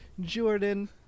Jordan